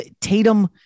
Tatum